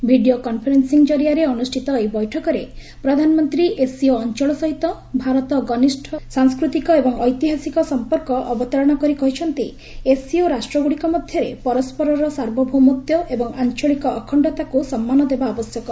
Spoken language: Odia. ଭିଡ଼ିଓ କନ୍ଫରେନ୍ସିଂ ଜରିଆରେ ଅନୁଷ୍ଠିତ ଏହି ବୈଠକରେ ପ୍ରଧାନମନ୍ତ୍ରୀ ଏସ୍ସିଓ ଅଞ୍ଚଳ ସହିତ ଭାରତର ଘନିଷ୍ଠ ସାଂସ୍କୃତିକ ଏବଂ ଐତିହାସିକ ସମ୍ପର୍କ ଅବତାରଣା କରି କହିଛନ୍ତି ଏସ୍ସିଓ ରାଷ୍ଟ୍ରଗୁଡ଼ିକ ମଧ୍ୟରେ ପରସ୍କରର ସାର୍ବଭୌମତ୍ୱ ଏବଂ ଆଞ୍ଚଳିକ ଅଖଶ୍ତତକୁ ସମ୍ମାନ ଦେବା ଆବଶ୍ୟକ